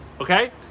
okay